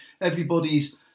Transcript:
Everybody's